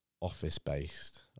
office-based